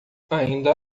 ainda